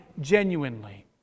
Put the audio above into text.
genuinely